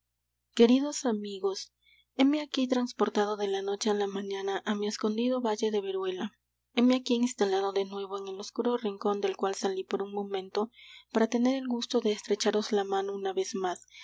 queridos amigos heme aquí transportado de la noche á la mañana á mi escondido valle de veruela heme aquí instalado de nuevo en el oscuro rincón del cual salí por un momento para tener el gusto de estrecharos la mano una vez más